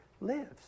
lives